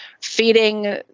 feeding